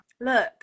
look